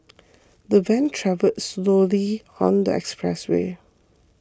the van travelled slowly on the expressway